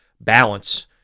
balance